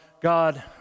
God